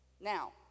Now